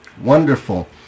Wonderful